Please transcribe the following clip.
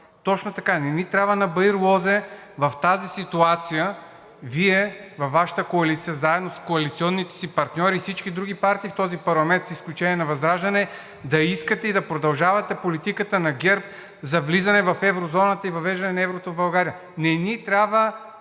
Точно така, не ни трябва на баир лозе в тази ситуация. Вие, във Вашата коалиция, заедно с коалиционните си партньори и всички други партии в този парламент, с изключение на ВЪЗРАЖДАНЕ, да искате и да продължавате политиката на ГЕРБ за влизане в еврозоната и въвеждане на еврото в България. Не ни трябва